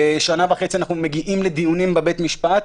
שנה וחצי אנחנו מגיעים לדיונים בבית המשפט,